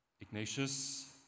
Ignatius